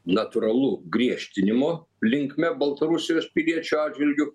natūralu griežtinimo linkme baltarusijos piliečių atžvilgiu